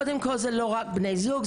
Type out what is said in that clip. קודם כל זה לא רק בני זוג,